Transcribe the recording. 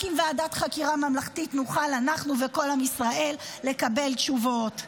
רק עם ועדת חקירה ממלכתית נוכל אנחנו וכל עם ישראל לקבל תשובות.